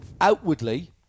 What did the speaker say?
outwardly